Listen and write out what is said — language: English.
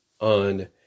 on